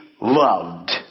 loved